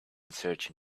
surgeon